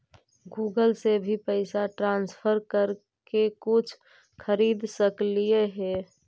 Google से भी पैसा ट्रांसफर कर के कुछ खरिद सकलिऐ हे?